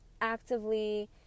actively